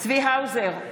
צבי האוזר,